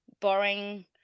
boring